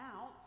out